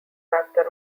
wrapped